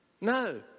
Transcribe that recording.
No